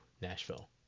Nashville